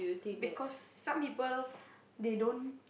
because some people they don't